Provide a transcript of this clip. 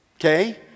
okay